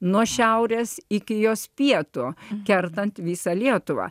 nuo šiaurės iki jos pietų kertant visą lietuvą